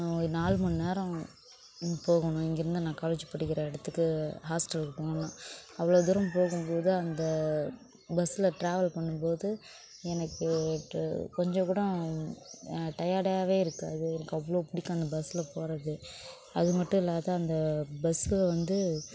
நாலு மணிநேரம் போகணும் இங்கேருந்து நான் காலேஜ் படிக்கிற இடத்துக்கு ஹாஸ்டலுக்கு போகணும் அவ்வளோ தூரம் போகும் போது அந்த பஸில் ட்ராவல் பண்ணும் போது எனக்கு கொஞ்சங்கூடம் டயர்டாக இருக்காது எனக்கு அவ்வளோ பிடிக்கும் அந்த பஸில் போகிறது அது மட்டும் இல்லாம அந்த பஸில் வந்து